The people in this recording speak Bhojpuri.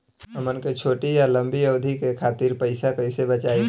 हमन के छोटी या लंबी अवधि के खातिर पैसा कैसे बचाइब?